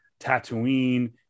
Tatooine